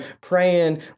praying